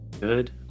Good